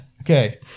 Okay